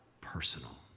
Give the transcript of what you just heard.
personal